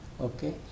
Okay